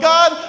God